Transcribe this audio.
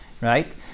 right